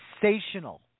sensational